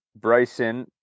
Bryson –